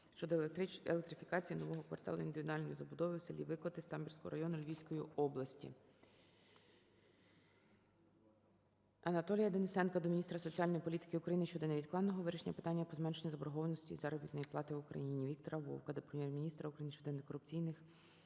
щодо електрифікації нового кварталу індивідуальної забудови в селі Викоти Самбірського району Львівської області. Анатолія Денисенка до міністра соціальної політики України щодо невідкладного вирішення питання по зменшенню заборгованості із заробітної плати в Україні. Віктора Вовка до Прем'єр-міністра України щодо антиконституційних